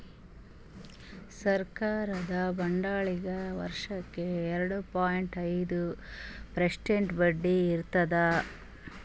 ಸರಕಾರದ ಬಾಂಡ್ಗೊಳಿಗ್ ವರ್ಷಕ್ಕ್ ಎರಡ ಪಾಯಿಂಟ್ ಐದ್ ಪರ್ಸೆಂಟ್ ಬಡ್ಡಿ ಇರ್ತದ್